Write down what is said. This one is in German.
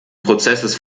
prozesses